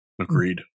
agreed